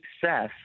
success